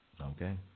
Okay